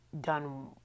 Done